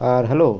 আর hello